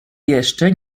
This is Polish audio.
jeszcze